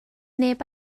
neb